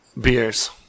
Beers